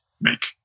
make